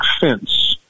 fence